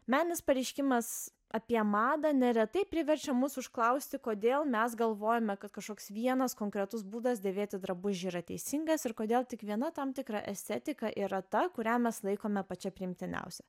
meninis pareiškimas apie madą neretai priverčia mus užklausti kodėl mes galvojame kad kažkoks vienas konkretus būdas dėvėti drabužį yra teisingas ir kodėl tik viena tam tikra estetika yra ta kurią mes laikome pačia priimtiniausia